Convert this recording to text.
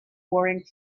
warring